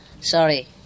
Sorry